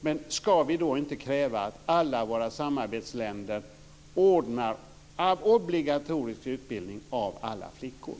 Men ska vi då inte kräva att alla våra samarbetsländer ordnar obligatorisk utbildning av alla flickor?